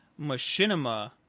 Machinima